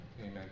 Amen